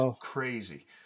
crazy